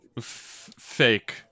fake